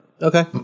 okay